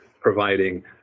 providing